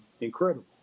incredible